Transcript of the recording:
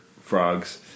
frogs